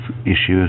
issues